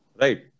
right